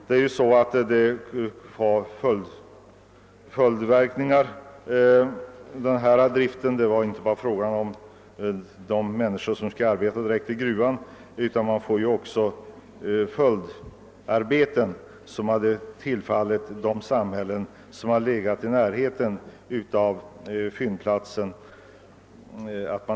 Det kommer att drabba både de människor som skulle arbeta i gruvan och de som hade kunnat få arbete i annan sysselsättning som till följd av gruvdriften hade uppstått i närheten av fyndplatsen.